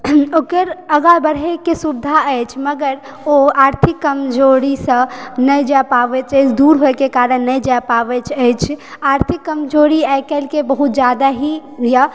ओकर आगाँ बढ़यके सुविधा अछि मगर ओ आर्थिक कमजोरीसँ नहि जा पाबैत अछि दुर होएके कारण नहि जा पाबै अछि आर्थिक कमजोरी आइकाल्हिके बहुत जादा ही होइया